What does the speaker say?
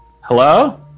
Hello